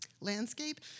landscape